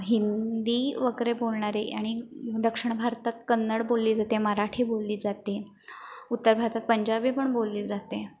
हिंदी वगैरे बोलणारे आणि दक्षिण भारतात कन्नड बोलली जाते मराठी बोलली जाते उत्तर भारतात पंजाबी पण बोलली जाते